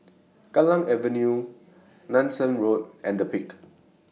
Kallang Avenue Nanson Road and The Peak